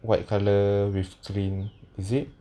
white colour with clean zip